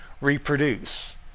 reproduce